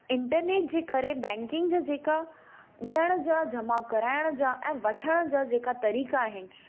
internet जे करे banking जा जेका ॾियण जा जमा कराइण जा ऐं वठण जा जेका तरीक़ा आहिनि